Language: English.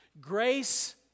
Grace